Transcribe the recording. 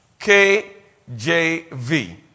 KJV